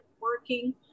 working